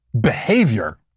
behavior